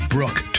Brooke